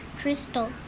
Crystal